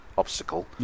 obstacle